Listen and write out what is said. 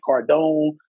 Cardone